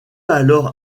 alors